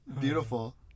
beautiful